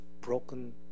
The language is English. broken